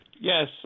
Yes